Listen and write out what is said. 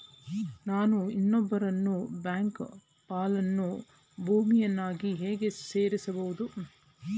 ನಾನು ಇನ್ನೊಬ್ಬರನ್ನು ಬ್ಯಾಂಕ್ ಫಲಾನುಭವಿಯನ್ನಾಗಿ ಹೇಗೆ ಸೇರಿಸಬಹುದು?